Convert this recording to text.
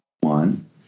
One